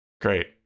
Great